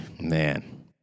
man